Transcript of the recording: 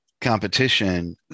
competition